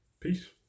Peace